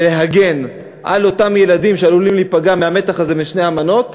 ולהגן על אותם ילדים שעלולים להיפגע במתח הזה שבין שתי האמנות.